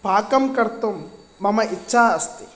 पाकं कर्तुं मम इच्छा अस्ति